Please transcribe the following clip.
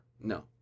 No